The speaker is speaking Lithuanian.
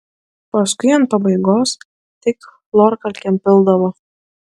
paskui ant pabaigos tik chlorkalkėm pildavo